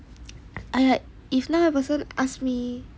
!aiya! if 那个 person ask me